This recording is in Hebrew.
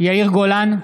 יאיר גולן,